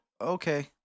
okay